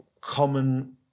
common